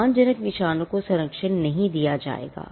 अपमानजनक निशानों को संरक्षण नहीं दिया जाएगा